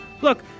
look